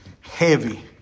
heavy